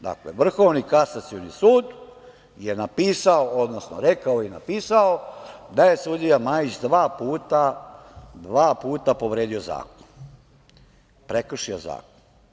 Dakle, Vrhovni kasacioni sud je napisao, odnosno rekao i napisao da je sudija Majić dva puta povredio zakon, prekršio zakon.